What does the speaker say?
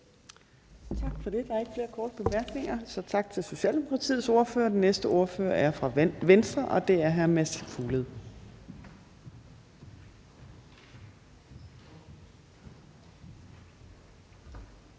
Torp): Der er ikke flere korte bemærkninger, så tak til Socialdemokratiets ordfører. Den næste ordfører er fra Venstre, og det er hr. Mads Fuglede.